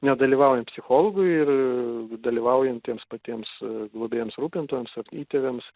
nedalyvaujant psichologui ir dalyvaujant tiems patiems globėjams rūpintojams ar įtėviams